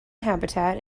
habitat